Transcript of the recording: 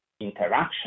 interaction